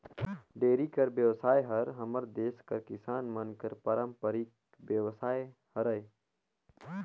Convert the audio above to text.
dairy कर बेवसाय हर हमर देस कर किसान मन कर पारंपरिक बेवसाय हरय